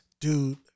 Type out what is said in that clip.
Dude